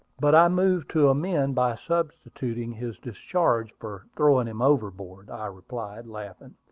but i move to amend by substituting his discharge for throwing him overboard, i replied, laughing.